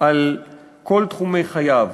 על כל תחומי חייו,